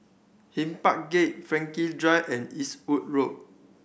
Hyde Park Gate Drive and Eastwood Road